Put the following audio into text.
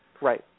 Right